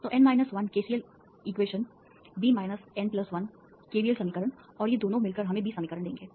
तो N 1 KCL समीकरण B N 1 KVL समीकरण और ये दोनों मिलकर हमें B समीकरण देंगे